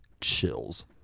chills